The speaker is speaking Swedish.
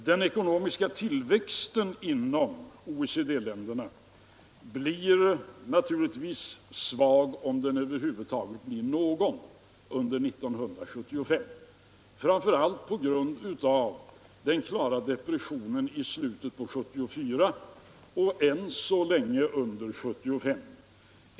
Den ekonomiska tillväxten inom OECD-länderna blir naturligtvis svag, om den över huvud taget blir någon, under 1975, framför allt på grund av depressionen i slutet av 1974 och än så länge under 1975.